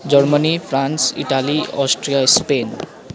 Germany France Italy Austria Spain